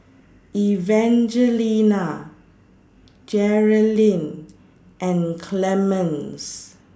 Evangelina Jerrilyn and Clemens